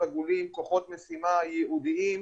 כוחות משימה ייעודיים,